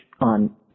on